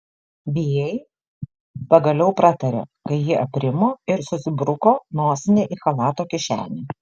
bijai pagaliau pratarė kai ji aprimo ir susibruko nosinę į chalato kišenę